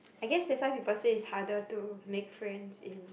I guess that's why people say it's harder to make friends in